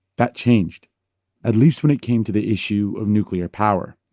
that changed at least when it came to the issue of nuclear power.